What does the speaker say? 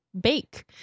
bake